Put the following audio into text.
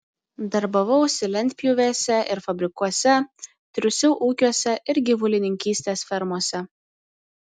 darbavausi lentpjūvėse ir fabrikuose triūsiau ūkiuose ir gyvulininkystės fermose